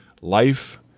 life